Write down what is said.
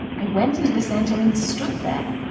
i went into the centre and stood there.